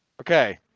Okay